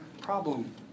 problem